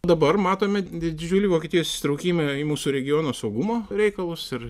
dabar matome didžiulį vokietijos įsitraukimą į mūsų regiono saugumo reikalus ir